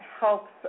helps